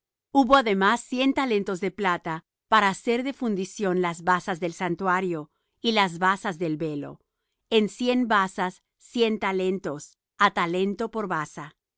hubo además cien talentos de plata para hacer de fundición las basas del santuario y las basas del velo en cien basas cien talentos á talento por basa